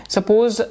Suppose